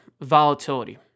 volatility